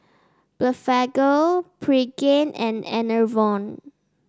Blephagel Pregain and Enervon